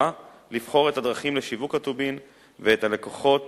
לבחור את הדרכים לשיווק הטובין ואת הלקוחות